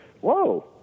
Whoa